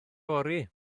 fory